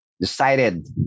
decided